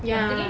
ya